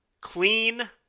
Clean